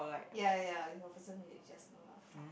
ya ya ya with a person that you just know lah